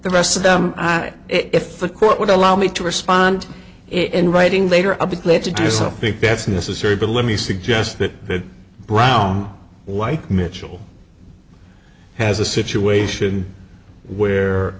the rest of them if the court would allow me to respond in writing later i'll be glad to do so think that's necessary but let me suggest that brown white mitchell has a situation where